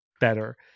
better